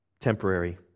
Temporary